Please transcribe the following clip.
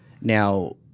now